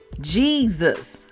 Jesus